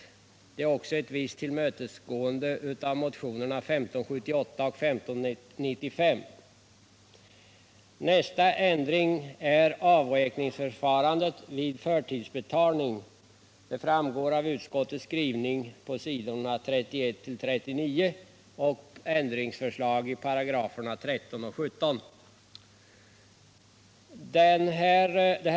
Det är också ett visst tillmötesgående av yrkandena i motionerna 1578 och 1595. Nästa ändring gäller avräkningsförfarandet vid förtidsbetalning. Det framgår av utskottets skrivning på s. 31-39 och ändringsförslag i 13-17 §§.